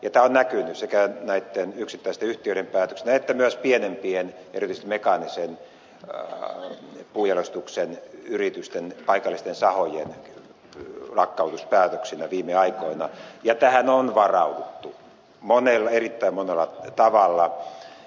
tämä on näkynyt sekä näitten yksittäisten yhtiöiden päätöksinä että myös pienempien erityisesti mekaanisen puunjalostuksen yritysten paikallisten sahojen lakkautuspäätöksinä viime aikoina ja tähän on varauduttu erittäin monella tavalla